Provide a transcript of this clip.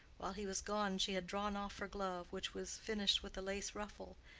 while he was gone she had drawn off her glove, which was finished with a lace ruffle,